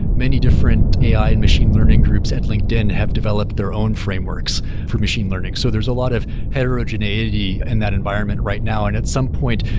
many different ai and machine learning groups at linkedin have developed their own frameworks for machine learning. so there's a lot of heterogeneity in that environment right now. and at some point,